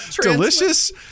delicious